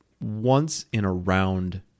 once-in-a-round